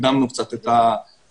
הקדמנו קצת את הקורונה-טיים.